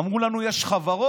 אמרו לנו: יש חברות.